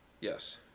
Yes